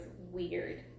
weird